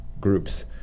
groups